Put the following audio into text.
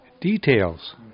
details